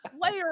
layer